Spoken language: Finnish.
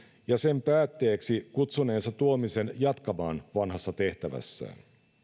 ja sen päätteeksi kutsuneensa tuomisen jatkamaan vanhassa tehtävässään